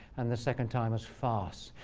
and the second time is farce.